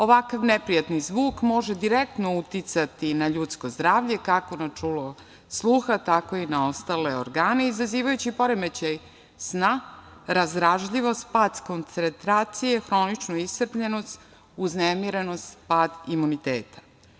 Ovakav neprijatni zvuk može direktno uticati na ljudsko zdravlje, kako na čulo sluha tako i na ostale organe, izazivajući poremećaj sna, razdražljivost, pad koncentracije, hroničnu iscrpljenost, uznemirenost pad imuniteta.